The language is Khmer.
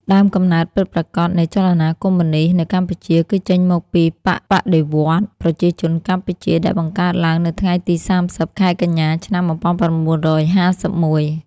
ដើមកំណើតពិតប្រាកដនៃចលនាកុម្មុយនីស្តនៅកម្ពុជា គឺចេញមកពី «បក្សបដិវត្តន៍ប្រជាជនកម្ពុជា» ដែលបង្កើតឡើងនៅថ្ងៃទី៣០ ខែកញ្ញា ឆ្នាំ១៩៥១។